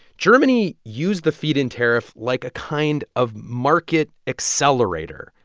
germany used the feed-in tariff like a kind of market accelerator.